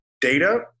data